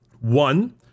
One